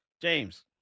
James